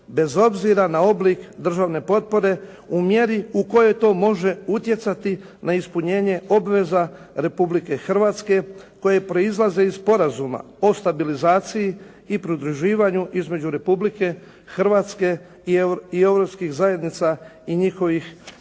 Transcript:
bez obzira na oblik državne potpore u mjeri u kojoj to može utjecati na ispunjenje obveza Republike Hrvatske koje proizlaze iz Sporazuma o stabilizaciji i produživanju između Republike Hrvatske i europskih zajednica i njihovih